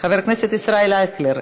חבר הכנסת ישראל אייכלר,